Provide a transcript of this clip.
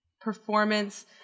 performance